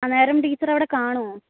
അന്നേരം ടീച്ചർ അവിടെ കാണുമോ